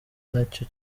nacyo